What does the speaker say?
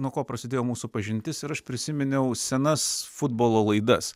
nuo ko prasidėjo mūsų pažintis ir aš prisiminiau senas futbolo laidas